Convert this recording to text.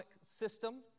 system